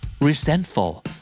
Resentful